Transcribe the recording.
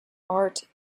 art